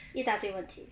一大堆问题